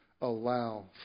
allow